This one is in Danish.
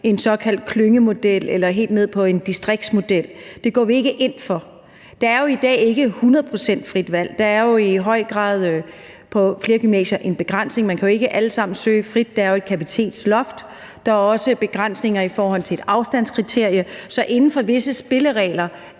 en såkaldt klyngemodel eller helt ned på en distriktsmodel. Det går vi ikke ind for. Der er jo i dag ikke 100 pct. frit valg; der er jo i høj grad på flere gymnasier en begrænsning. Man kan jo ikke allesammen søge frit. Der er et kapacitetsloft, og der er også begrænsninger i forhold til et afstandskriterie, så inden for visse spilleregler